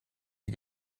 die